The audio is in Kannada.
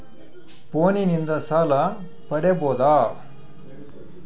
ಫೋನಿನಿಂದ ಸಾಲ ಪಡೇಬೋದ?